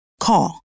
Call